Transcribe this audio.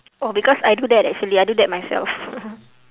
oh because I do that actually I do that myself